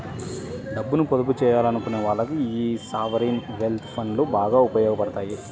డబ్బుని పొదుపు చెయ్యాలనుకునే వాళ్ళకి యీ సావరీన్ వెల్త్ ఫండ్లు బాగా ఉపయోగాపడతాయి